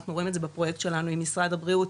אנחנו רואים את זה בפרויקט שלנו עם משרד הבריאות,